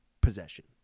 possession